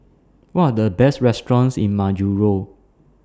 What Are The Best restaurants in Majuro